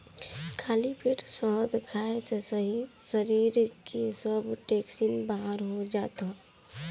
खाली पेट शहद खाए से शरीर के सब टोक्सिन बाहर हो जात हवे